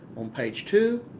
on page two,